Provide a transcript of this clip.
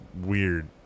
weird